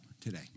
today